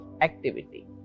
activity